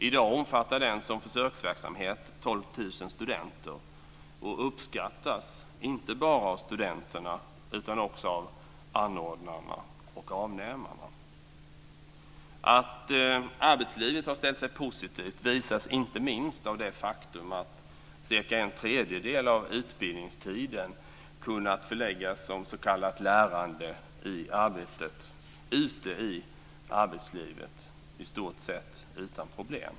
I dag omfattar den som försöksverksamhet 12 000 studenter och uppskattas inte bara av studenterna utan också av anordnarna och avnämarna. Att arbetslivet har ställt sig positivt visas inte minst av det faktum att cirka en tredjedel av utbildningstiden kunnat förläggas som s.k. lärande i arbete ute i arbetslivet i stort sett utan problem.